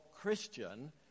Christian